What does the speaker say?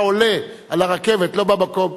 אתה עולה על הרכבת לא במקום,